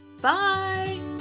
Bye